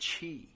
chi